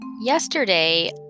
yesterday